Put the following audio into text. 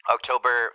October